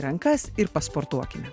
rankas ir pasportuokime